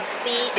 see